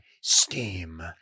STEAM